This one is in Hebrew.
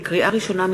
לקריאה ראשונה,